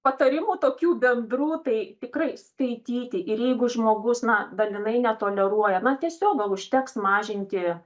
patarimų tokių bendrų tai tikrai skaityti ir jeigu žmogus na dalinai netoleruoja na tiesiog gal užteks mažinti